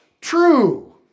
true